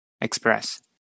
express